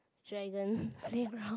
dragon playground